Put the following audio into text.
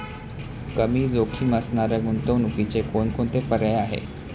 कमी जोखीम असणाऱ्या गुंतवणुकीचे कोणकोणते पर्याय आहे?